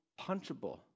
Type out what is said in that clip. punchable